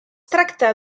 tracta